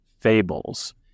fables